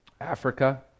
Africa